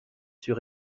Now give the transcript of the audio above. sur